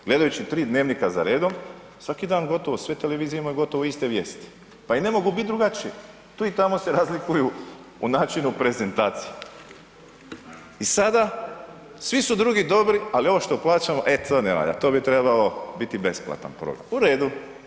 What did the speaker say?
Gledajući 3 dnevnika za redom svaki dan gotovo sve televizije imaju gotovo iste vijesti, pa i ne mogu bit drugačije, tu i tamo se razlikuju u načinu prezentacije i sada svi su drugi dobri, ali ovo što plaćamo e to ne valja, to bi trebao biti besplatan program, u redu.